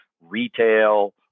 retail